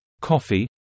coffee